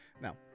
Now